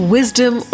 Wisdom